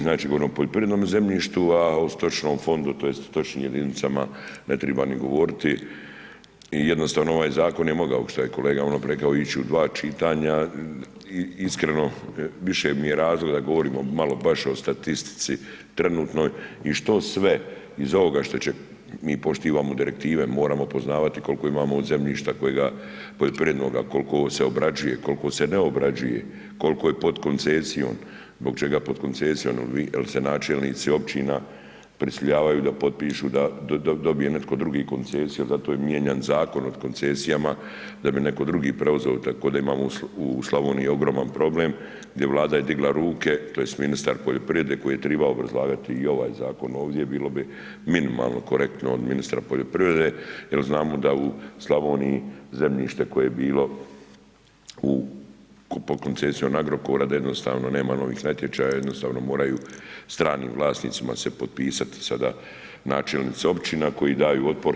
Znači, govorimo o poljoprivrednome zemljištu, a o stočnom fondu, tj. stočnim jedinicama ne treba ni govoriti i jednostavno, ovaj zakon je mogao, ono što je kolega maloprije rekao ići u dva čitanja i iskreno više mi je razloga da govorimo malo baš o statistici trenutnoj i što sve iz ovoga što će, mi poštivamo direktive, moramo poznavati koliko imamo zemljišta kojega poljoprivrednoga, koliko se obrađuje, koliko se ne obrađuje, koliko je pod koncesijom, zbog čega pod koncesijom jer se načelnici općina prisiljavaju da potpišu da dobije netko drugi koncesiju, zato je mijenjan Zakon o koncesijama, da bi netko drugi preuzeo, tako da imamo u Slavoniji ogroman problem gdje Vlada je digla ruke, tj. ministar poljoprivrede koji je trebao obrazlagati i ovaj zakon ovdje, bilo bi minimalno korektno od ministra poljoprivrede jer znamo da u Slavoniji zemljište koje je bilo pod koncesijom Agrokora da jednostavno nema novih natječaja, jednostavno moraju stranim vlasnicima se potpisati sada načelnici općina koji daju otpor.